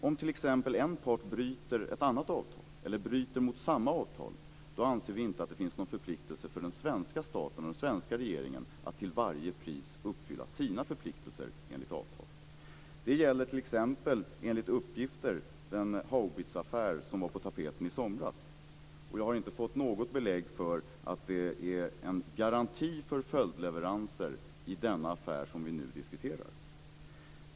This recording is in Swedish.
Om t.ex. en part bryter mot ett annat avtal eller mot samma avtal, anser vi inte att det finns någon förpliktelse för den svenska staten och den svenska regeringen att till varje pris uppfylla sina förpliktelser enligt avtal. Det gäller t.ex., enligt uppgifter, Haubitzaffären som var på tapeten i somras. Jag har inte fått något belägg för att det är en garanti för följdleveranser i den affär som vi nu diskuterar.